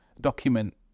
document